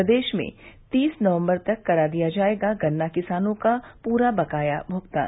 प्रदेश में तीस नवम्बर तक करा दिया जायेगा गन्ना किसानों का पूरा बकाया भूगतान